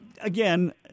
again